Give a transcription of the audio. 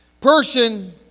person